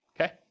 Okay